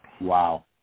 Wow